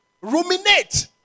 Ruminate